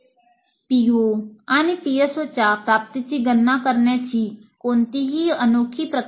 PO आणि PSOच्या प्राप्तीची गणना करण्याची कोणतीही अनोखी प्रक्रिया नाही